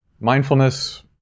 Mindfulness